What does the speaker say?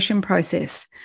Process